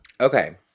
Okay